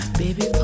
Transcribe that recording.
baby